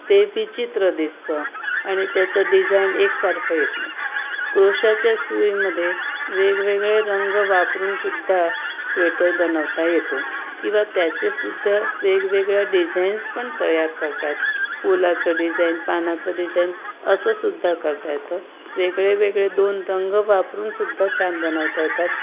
ते विचित्र दिसतं आणि त्याचं डिझाईन एकसारखं येत नाही क्रोशाच्या सुईमधे वेगवेगळे रंग वापरूनसुद्धा स्वेटर बनवता येतो किंवा त्याचेसुद्धा वेगवेगळ्या डिझाईन्स पण तयार करतात फुलाचं डिझाईन पानाचं डिझाईन असंसुद्धा करता येतं वेगळे वेगळे दोन रंग वापरूनसुद्धा छान बनवता येतात